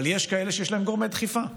אבל יש כאלה שיש להם גורמי דחיפה,